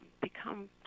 become